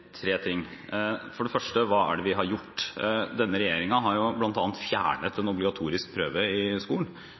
tre ting. For det første: Hva har vi gjort? Denne regjeringen har bl.a. fjernet en obligatorisk prøve i skolen.